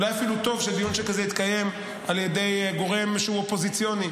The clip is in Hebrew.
אולי אפילו טוב שדיון שכזה יתקיים על ידי גורם שהוא אופוזיציוני,